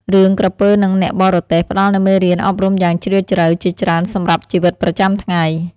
រឿង "ក្រពើនឹងអ្នកបរទេះ" ផ្តល់នូវមេរៀនអប់រំយ៉ាងជ្រាលជ្រៅជាច្រើនសម្រាប់ជីវិតប្រចាំថ្ងៃ។